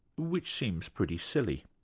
which seems pretty silly.